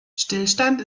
stillstand